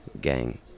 gang